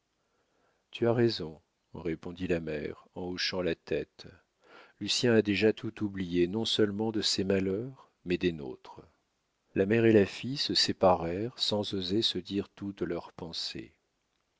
tu as raison répondit la mère en hochant la tête lucien a déjà tout oublié non-seulement de ses malheurs mais des nôtres la mère et la fille se séparèrent sans oser se dire toutes leurs pensées